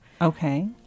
Okay